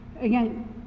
Again